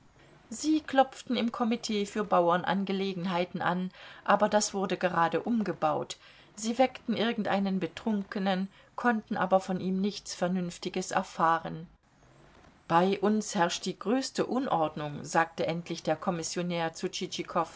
sie klopften im komitee für bauernangelegenheiten an aber das wurde gerade umgebaut sie weckten irgendeinen betrunkenen konnten aber von ihm nichts vernünftiges erfahren bei uns herrscht die größte unordnung sagte endlich der kommissionär zu